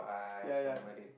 ya ya